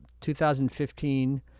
2015